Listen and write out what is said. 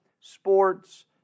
sports